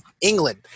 England